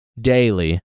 daily